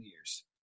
years